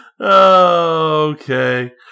Okay